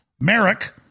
Merrick